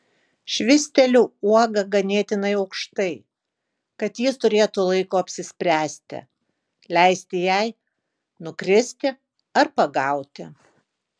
švysteliu uogą ganėtinai aukštai kad jis turėtų laiko apsispręsti leisti jai nukristi ar pagauti